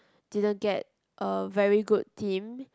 didn't get a very good team